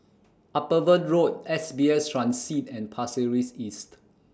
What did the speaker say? Upavon Road S B S Transit and Pasir Ris East